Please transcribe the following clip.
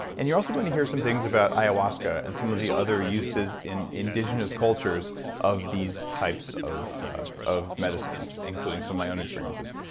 and you're also going to hear some things about ayahuasca and some of the other uses in indigenous cultures of these types of ah of medicines including some of my own experiences.